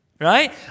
Right